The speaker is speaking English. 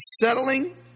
settling